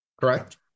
correct